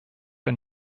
and